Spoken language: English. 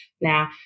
Now